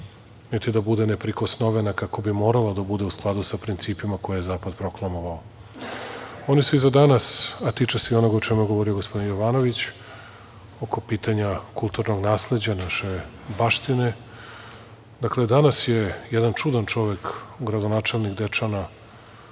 niti da bude neprikosnovena, kako bi morala da bude u skladu sa principima koje je zapad proklamovao. Oni su i za danas, tiče se i onog o čemu je govorio gospodin Jovanović, oko pitanja kulturnog nasleđa, naše baštine, dakle, danas je jedan čudan čovek, gradonačelnik Dečana